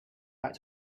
back